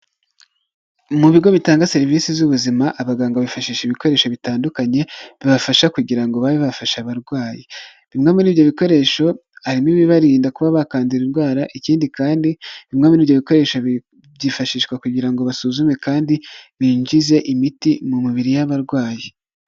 Mu bigo bitanga serivisi z'ubuzima, abaganga bifashisha ibikoresho bitandukanye, bibafasha kugira ngo babe bafasha abarwayi, bimwe muri ibyo bikoresho harimo ibibarinda kuba bakandurira indwara, ikindi kandi bimwe muri ibyo bikoresho byifashishwa kugira ngo basuzume kandi binjize imiti mu mubiri y'abarwayi.